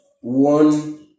one